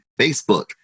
Facebook